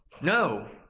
No